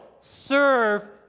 serve